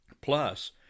Plus